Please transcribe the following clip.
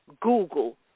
Google